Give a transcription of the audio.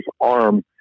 arm